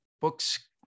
books